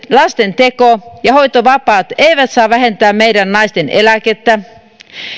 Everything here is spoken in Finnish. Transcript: lastenteko ja hoitovapaat eivät saa vähentää meidän naisten eläkettä